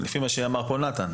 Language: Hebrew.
לפי מה שאמר נתן,